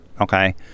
okay